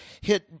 hit